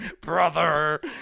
Brother